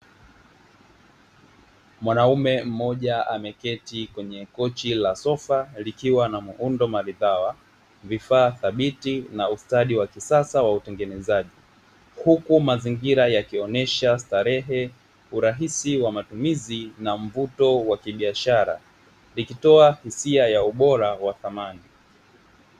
Mwanaume mmoja ameketi kwenye kochi la sofa likiwa na muundo maridhawa, vifaa thabiti na ustadi wa kisasa wa utengenezaji, huku mazingira yakionesha starehe, urahisi wa matumizi na mvuto wa kibiashara vikitoa hisia ya ubora wa thamani.